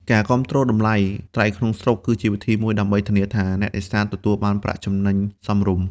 ការគាំទ្រតម្លៃ ត្រីក្នុងស្រុកគឺជាវិធីមួយដើម្បីធានាថាអ្នកនេសាទទទួលបានប្រាក់ចំណេញសមរម្យ។